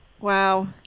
Wow